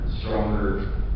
stronger